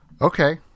Okay